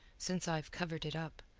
since i've covered it up.